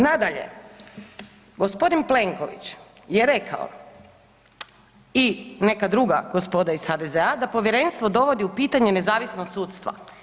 Nadalje, g. Plenković je rekao i neka druga gospoda iz HDZ-a da povjerenstvo dovodi u pitanje nezavisnost sudstva.